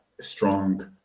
strong